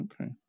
okay